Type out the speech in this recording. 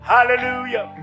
Hallelujah